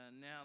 Now